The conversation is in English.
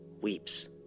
weeps